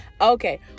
okay